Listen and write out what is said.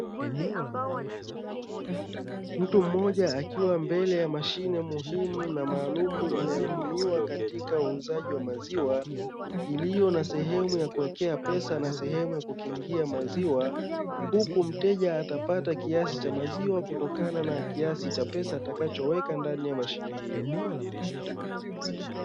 Mtu mmoja akiwa mbele ya mashine muhimu na maalumu inayotumiwa katika uuzaji wa maziwa, iliyo na sehemu ya kuwekea pesa na sehemu ya kukingia maziwa, huku mteja atapata kiasi cha maziwa kutokana na kiasi cha pesa atakachoweka ndani ya mashine hiyo.